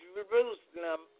Jerusalem